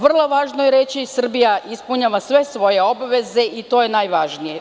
Vrlo je važno reći da Srbija ispunjava sve svoje obaveze i to je najvažnije.